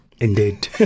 Indeed